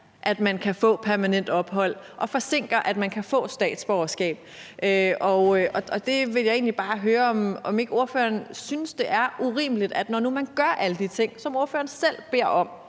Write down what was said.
at man kan få permanent ophold, og som forsinker, at man kan få statsborgerskab. Jeg vil egentlig bare høre, om ikke ordføreren synes, at det er urimeligt, at det, når nu man gør alle de her ting, som ordføreren selv beder om